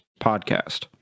podcast